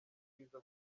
bwiza